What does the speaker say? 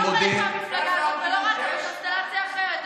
אבל היא הודיעה שהיא לא חלק מהמפלגה הזאת ולא רצה בקונסטלציה אחרת.